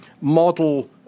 model